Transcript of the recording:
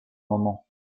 moments